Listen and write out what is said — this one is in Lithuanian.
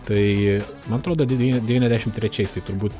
tai man atrodo devy devyniasdešim trečiais tai turbūt